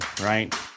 right